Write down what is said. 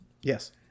Yes